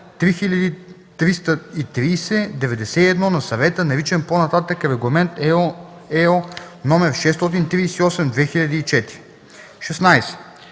16.